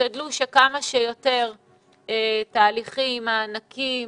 תשתדלו שכמה שיותר תהליכים ומעניקים